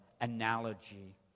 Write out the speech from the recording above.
analogy